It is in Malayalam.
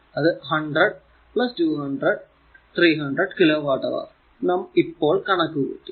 അത് 100 200 300 കിലോ വാട്ട് അവർ നാം ഇപ്പോൾ കണക്കു കൂട്ടി